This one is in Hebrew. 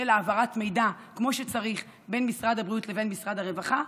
של העברת מידע כמו שצריך בין משרד הבריאות לבין משרד הרווחה,